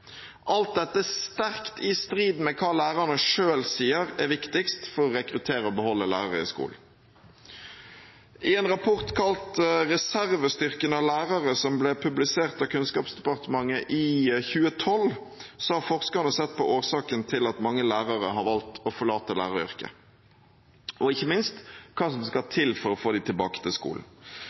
Alt dette er sterkt i strid med hva lærerne selv sier er viktigst for å rekruttere og beholde lærere i skolen. I en rapport kalt ««Reservestyrken» av lærere», som ble publisert av Kunnskapsdepartementet i 2012, har forskerne sett på årsaken til at mange lærere har valgt å forlate læreryrket, og ikke minst hva som skal til for å få dem tilbake til skolen.